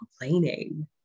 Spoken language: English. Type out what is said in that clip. complaining